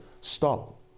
stop